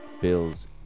Bills